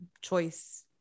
choice